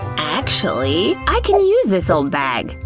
actually, i can use this old bag.